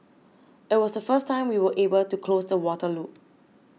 it was the first time we were able to close the water loop